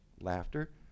laughter